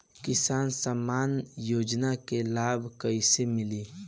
किसान सम्मान योजना के लाभ कैसे मिली?